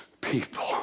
people